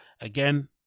again